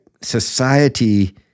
society